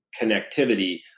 connectivity